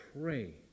pray